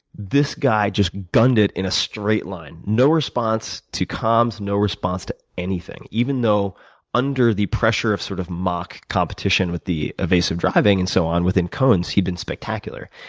this guy just gunned it in a straight line. no response to comms, no response to anything even though under the pressure of sort of mock competition with the evasive driving and so on within cones, he'd been spectacular.